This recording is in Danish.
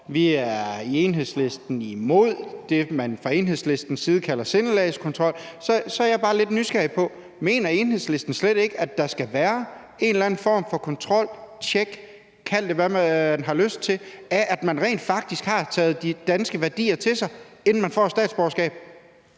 at de i Enhedslisten er imod det, man fra Enhedslistens side kalder sindelagskontrol. Så er jeg bare lidt nysgerrig på, om Enhedslisten slet ikke mener, at der skal være en eller anden form for kontrol, tjek – kald det, hvad man har lyst til – af, at man rent faktisk har taget de danske værdier til sig, inden man får et statsborgerskab?